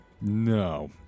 no